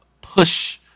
push